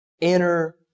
inner